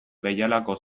behialako